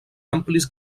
amplis